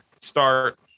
start –